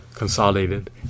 Consolidated